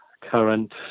current